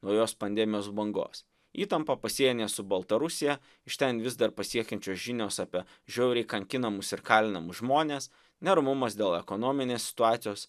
naujos pandemijos bangos įtampa pasienyje su baltarusija iš ten vis dar pasiekiančios žinios apie žiauriai kankinamus ir kalinamus žmones neramumas dėl ekonominės situacijos